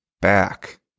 back